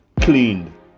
cleaned